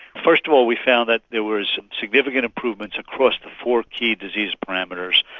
first of all we found that there were significant improvements across the four key disease parameters.